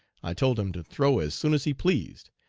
i told him to throw as soon as he pleased,